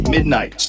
Midnight